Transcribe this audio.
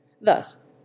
Thus